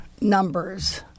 numbers